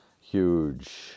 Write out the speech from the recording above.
huge